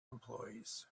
employees